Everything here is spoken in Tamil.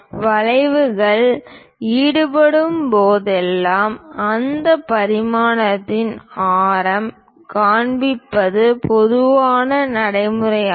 வளைவுகள் ஈடுபடும்போதெல்லாம் அந்த பரிமாணத்தின் ஆரம் காண்பிப்பது பொதுவான நடைமுறையாகும்